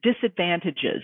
disadvantages